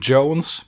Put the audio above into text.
Jones